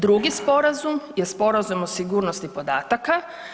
Drugi sporazum je Sporazum o sigurnosti podataka.